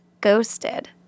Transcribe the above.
Ghosted